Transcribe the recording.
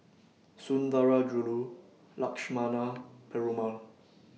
Sundarajulu Lakshmana Perumal